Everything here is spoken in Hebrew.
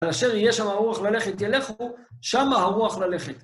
באשר יהיה שם הרוח ללכת, ילכו שם הרוח ללכת.